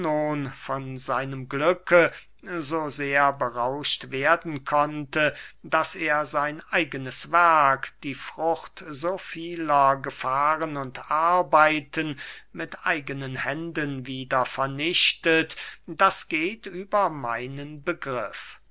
von seinem glücke so sehr berauscht werden konnte daß er sein eigenes werk die frucht so vieler gefahren und arbeiten mit eigenen händen wieder vernichtet das geht über meinen begriff